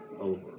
over